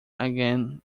again